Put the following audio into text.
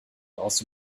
also